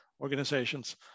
organizations